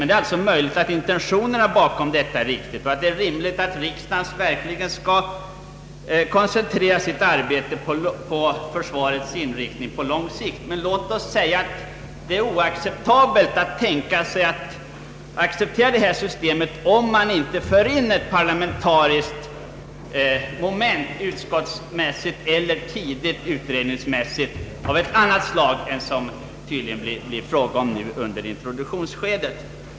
Det är dock möjligt att intentionerna bakom detta är riktiga och att det är rimligt att riksdagen koncentrerar sitt arbete på försvarets inriktning på lång sikt. Men jag anser att systemet är oacceptabelt om man inte för in ett parlamentariskt moment, utskottsmässigt eller utredningsmässigt av ett helt annat slag än vad det tydligen blir fråga om nu under introduktionsskedet.